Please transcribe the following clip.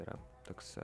yra toks